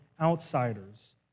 outsiders